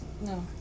no